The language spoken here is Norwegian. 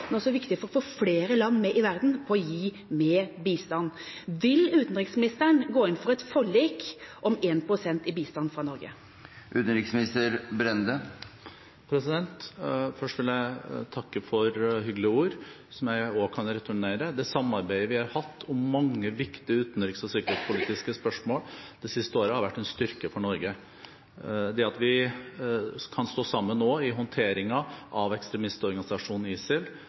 men det er også viktig for å få flere land i verden med på å gi mer bistand. Vil utenriksministeren gå inn for et forlik om 1 pst. i bistand fra Norge? Først vil jeg takke for hyggelige ord, som jeg òg kan returnere. Det samarbeidet vi har hatt om mange viktige utenriks- og sikkerhetspolitiske spørsmål det siste året, har vært en styrke for Norge. Det at vi nå kan stå sammen i håndteringen av ekstremistorganisasjonen ISIL,